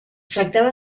tractava